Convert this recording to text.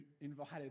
invited